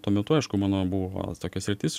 tuo metu aišku mano buvo tokia sritis